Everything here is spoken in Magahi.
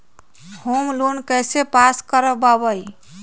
होम लोन कैसे पास कर बाबई?